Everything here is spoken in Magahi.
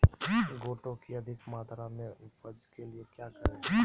गोटो की अधिक मात्रा में उपज के लिए क्या करें?